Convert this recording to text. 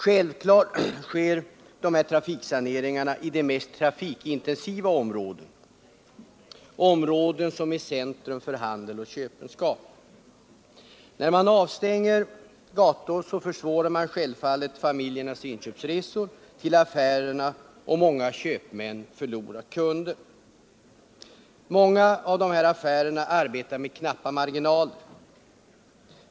Självklart sker dessa trafiksaneringar i de mest trafikintensiva områdena — områden som är centrum för handel och köpenskap. När man avstänger gator försvårar man familjernas inköpsresor till affärerna, och många köpmän förlorar kunder. Åtskilliga av dessa köpmän arbetar med knappa marginaler.